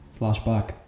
flashback